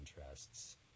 interests